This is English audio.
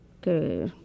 que